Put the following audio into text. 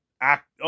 act